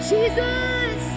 Jesus